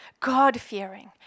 God-fearing